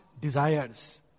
desires